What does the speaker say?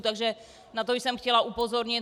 Takže na to jsem chtěla upozornit.